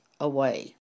away